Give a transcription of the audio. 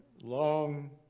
long